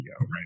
right